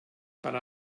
per